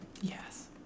Yes